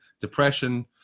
depression